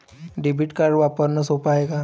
Debit card वापरणं सोप हाय का?